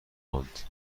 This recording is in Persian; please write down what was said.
ماند